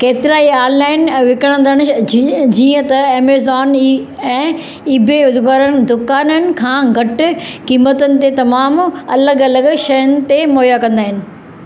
केतिरा ई ऑनलाइन विकिणंदड़ु जीअं जीअं त ऐमज़ोन ऐं ईबे वारनि दुकाननि खां घटि क़ीमतुनि ते तमामु अलॻि अलॻि शयुनि ते मुहैया कंदा आहिनि